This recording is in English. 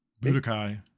Budokai